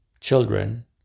Children